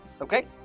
Okay